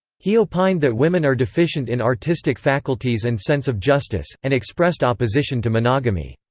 he opined that women are deficient in artistic faculties and sense of justice, and expressed opposition to monogamy.